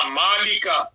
malika